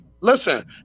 Listen